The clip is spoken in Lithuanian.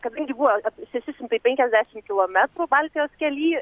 kadangi buvo šeši šimtai penkiasdešim kilometrų baltijos kely